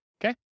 Okay